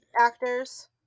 actors